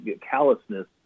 callousness